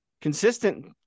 consistent